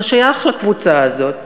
אתה שייך לקבוצה הזאת